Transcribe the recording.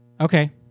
Okay